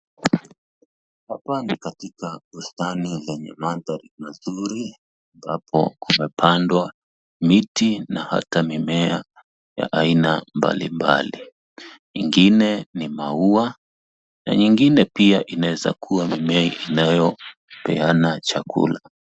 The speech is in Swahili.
Hapa ni katika bustani yenye mandhari mazuri, ambapo kumepandwa miti na hata mimea ya aina mbali mbali. Ingine ni maua, na ingine pia inaweza kua mimea inapeana chakula.